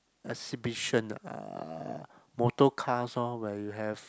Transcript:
exhibition ah motorcars lor where you have